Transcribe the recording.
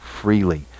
freely